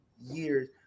years